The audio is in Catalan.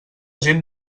gent